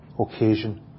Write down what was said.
occasion